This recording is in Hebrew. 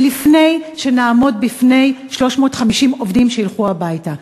ולפני שנעמוד בפני 350 עובדים שילכו הביתה,